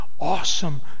awesome